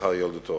משחר ילדותו.